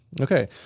Okay